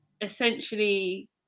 essentially